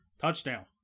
touchdown